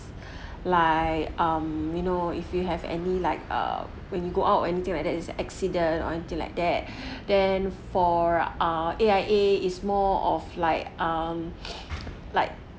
like um you know if you have any like err when you go out or anything like that it's accident or until like dead then for ah A_I_A is more of like um like